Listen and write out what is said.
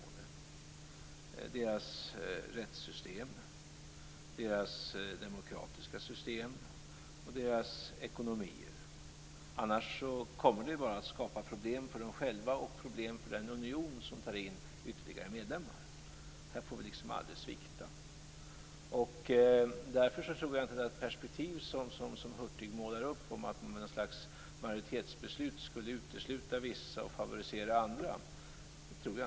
Det gäller deras rättssystem, deras demokratiska system och deras ekonomier. Annars kommer det bara att skapa problem för dem själva och för den union som tar in ytterligare medlemmar. Här får vi liksom aldrig svikta. Därför tror jag inte på det perspektiv som Hurtig målar upp om att man med något slags majoritetsbeslut skulle utesluta vissa och favorisera andra.